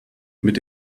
mit